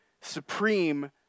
supreme